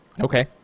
Okay